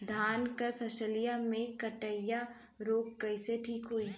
धान क फसलिया मे करईया रोग कईसे ठीक होई?